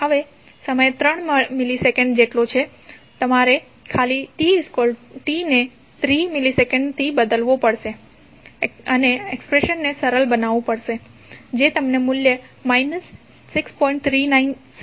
હવે સમય 3 મિલિસેકન્ડ જેટલો છે તમારે ખાલી t ને 3 મિલિસેકન્ડથી બદલવું પડશે અને એક્સપ્રેશનને સરળ બનાવવુ પડશે જે તમને મૂલ્ય માઇનસ 6